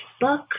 book